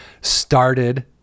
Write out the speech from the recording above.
started